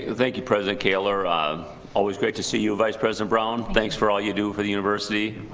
thank you president kaler um always great to see you, vice president brown thanks for all you do for the university,